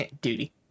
Duty